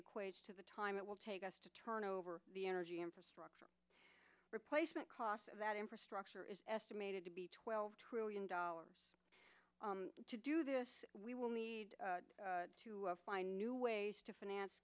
equates to the time it will take us to turn over the energy infrastructure replacement cost of that infrastructure is estimated to be twelve trillion dollars to do this we will need to find new ways to finance